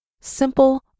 simple